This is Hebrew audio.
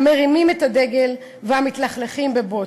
המרימים את הדגל והמתלכלכים בבוץ,